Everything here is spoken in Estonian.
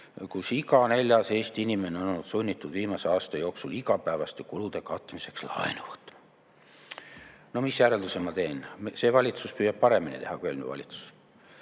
kus iga neljas Eesti inimene on olnud sunnitud viimase aasta jooksul igapäevaste kulude katmiseks laenu võtma?" No mis järelduse ma teen? See valitsus püüab paremini teha kui eelmine valitsus.